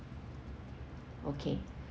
okay